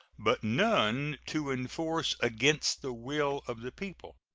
but none to enforce against the will of the people.